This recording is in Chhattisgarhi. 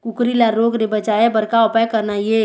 कुकरी ला रोग ले बचाए बर का उपाय करना ये?